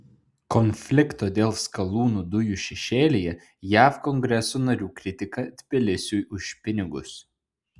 konflikto dėl skalūnų dujų šešėlyje jav kongreso narių kritika tbilisiui už pinigus